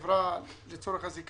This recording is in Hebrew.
לצורך הזיכיון,